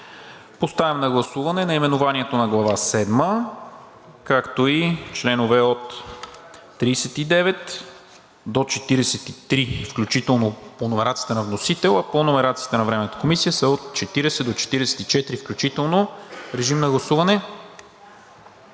Поставям на гласуване наименованието на Глава седма, както и членове от 39 до 43 включително по номерацията на вносителя, а по номерацията на Временната комисия са от 40 до 44 включително. Гласували